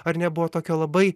ar ne buvo tokio labai